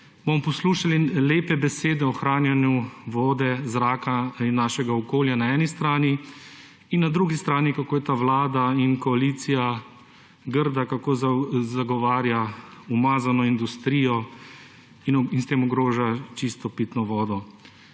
bomo poslušali lepe besede o ohranjanju vode, zraka in našega okolja na eni strani in na drugi strani, kako je ta vlada in koalicija grda, kako zagovarja umazano industrijo in s tem ogroža čisto pitno vodo.